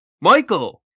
Michael